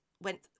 went